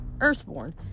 Earthborn